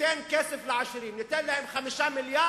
ניתן כסף לעשירים, ניתן להם 5 מיליארדים,